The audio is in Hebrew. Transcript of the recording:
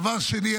דבר שני,